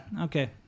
okay